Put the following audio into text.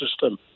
system